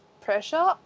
pressure